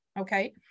Okay